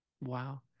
Wow